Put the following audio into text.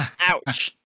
Ouch